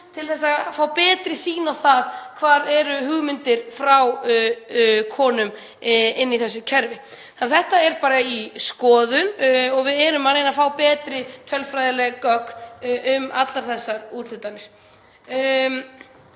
til að fá betri sýn á það hvar hugmyndir frá konum eru inni í þessu kerfi. Þetta er bara í skoðun og við erum að reyna að fá betri tölfræðileg gögn um allar þessar úthlutanir.